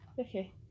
Okay